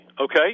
okay